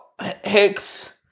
Hicks